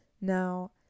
Now